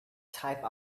type